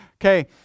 Okay